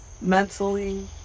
mentally